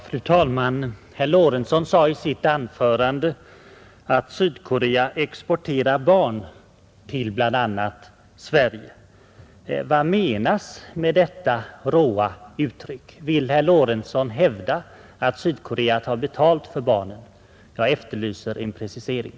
Fru talman! Herr Lorentzon sade i sitt första anförande att Sydkorea ”exporterar” barn till bl.a. Sverige. Vad menas med detta råa uttryck? Vill herr Lorentzon hävda att Sydkorea tar betalt för barnen? Jag efterlyser en precisering.